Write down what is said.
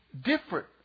different